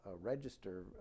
register